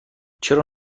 چرا